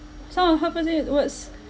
some of hurtful words